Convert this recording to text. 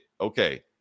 okay